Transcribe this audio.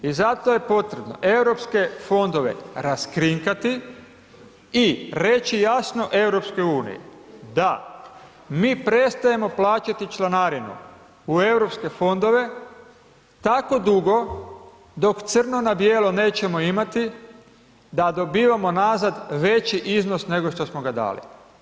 I zato je potrebno Europske fondove raskrinkati i reći jasno EU da mi prestajemo plaćati članarinu u Europske fondove tako dugo dok crno na bijelo nećemo imati da dobivamo nazad veći iznos nego što smo ga dali.